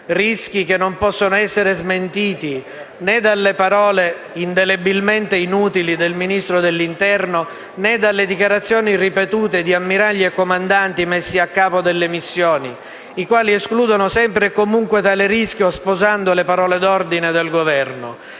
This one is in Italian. rischi che non possono essere smentiti né dalle parole indelebilmente inutili del Ministro dell'interno, né dalle dichiarazioni ripetute di ammiragli e comandanti messi a capo delle missioni, i quali escludono sempre e comunque tale rischio, sposando le parole d'ordine del Governo.